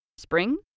Spring